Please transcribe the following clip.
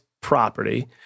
property